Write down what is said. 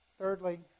Thirdly